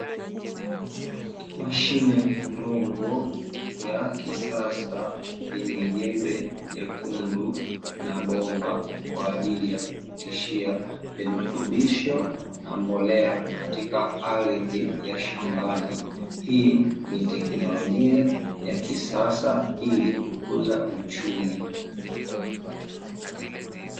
Mashine ndogo ya kisasa yenye jembe lekundu na bomba kwa ajili ya kupitishia virutubisho na mbolea katika ardhi ya shambani. Hii ni teknolojia ya kisasa ili kukuza uchumi.